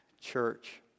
church